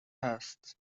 هست